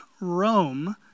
Rome